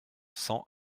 cent